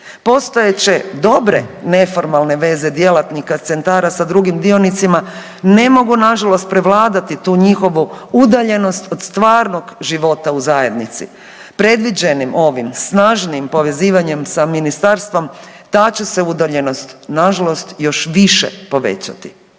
Postojeće dobre neformalne veze djelatnika centara sa drugim dionicima ne mogu nažalost prevladati tu njihovu udaljenost od stvarnog života u zajednici. Predviđenim ovim snažnijim povezivanjem sa ministarstvom ta će se udaljenost nažalost još više povećati.